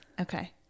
Okay